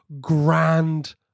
Grand